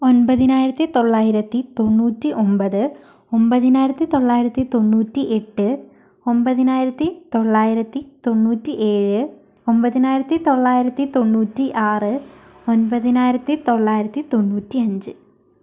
ഒൻപതിനായിരത്തി തൊള്ളായിരത്തി തൊണ്ണൂറ്റി ഒമ്പത് ഒൻപതിനായിരത്തി തൊള്ളായിരത്തി തൊണ്ണൂറ്റി എട്ട് ഒൻപതിനായിരത്തി തൊള്ളായിരത്തി തൊണ്ണൂറ്റി ഏഴ് ഒൻപതിനായിരത്തി തൊള്ളായിരത്തി തൊണ്ണൂറ്റി ആറ് ഒൻപതിനായിരത്തി തൊള്ളായിരത്തി തൊണ്ണൂറ്റി അഞ്ച്